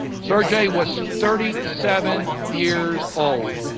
sergei was thirty seven years old.